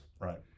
Right